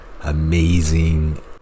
amazing